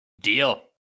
Deal